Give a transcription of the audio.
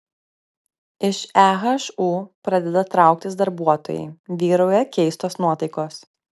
iš ehu pradeda trauktis darbuotojai vyrauja keistos nuotaikos